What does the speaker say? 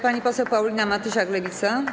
Pani poseł Paulina Matysiak, Lewica.